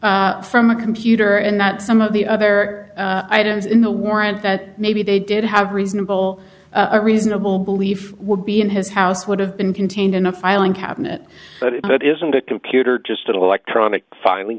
different from a computer and that some of the other items in the warrant that maybe they did have reasonable a reasonable belief would be in his house would have been contained in a filing cabinet but it isn't a computer just an electronic filing